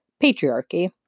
Patriarchy